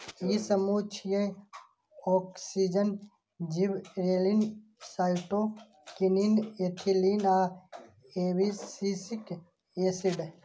ई समूह छियै, auxin, gibberellin, cytokinin, ethylene आ एब्सिसिक एसिड